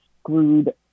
screwed